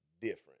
different